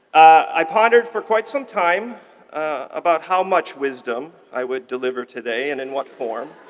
i pondered for quite some time about how much wisdom i would deliver today and in what form.